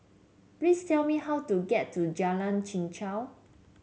please tell me how to get to Jalan Chichau